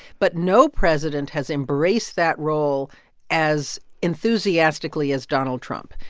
but no president has embraced that role as enthusiastically as donald trump.